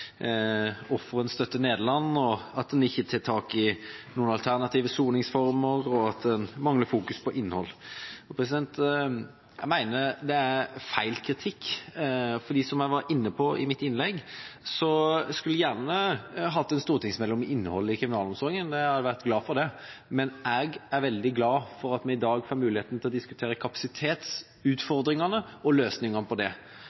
støtter Nederland, at en ikke tar tak i alternative soningsformer, og at en mangler å fokusere på innhold. Jeg mener det er feil kritikk. Som jeg var inne på i mitt innlegg, skulle jeg gjerne hatt en stortingsmelding om innholdet i kriminalomsorgen. Jeg hadde vært glad for det. Men jeg er veldig glad for at vi i dag får muligheten til å diskutere kapasitetsutfordringene og løsningene på